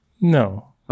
No